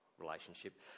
relationship